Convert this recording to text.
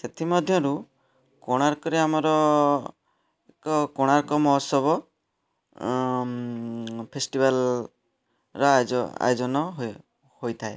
ସେଥି ମଧ୍ୟରୁ କୋଣାର୍କରେ ଆମର ଏକ କୋଣାର୍କ ମହୋତ୍ସବ ଫେଷ୍ଟିଭାଲ୍ର ଆୟୋଜନ ହୋଇଥାଏ